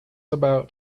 about